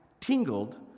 tingled